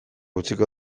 utziko